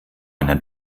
einer